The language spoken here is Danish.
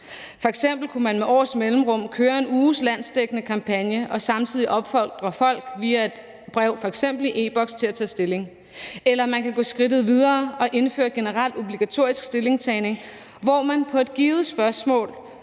F.eks. kunne man med års mellemrum køre en uges landsdækkende kampagne og samtidig opfordre folk via et brev, f.eks. i e-Boks, til at tage stilling. Eller man kan gå skridtet videre og indføre generel obligatorisk stillingtagen, hvor man på et givet tidspunkt